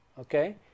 Okay